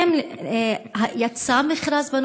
אם בכלל יצא מכרז.